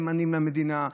נאמנים למדינה,